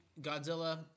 Godzilla